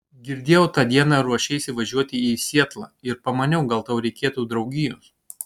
girdėjau tą dieną ruošiesi važiuoti į sietlą ir pamaniau gal tau reikėtų draugijos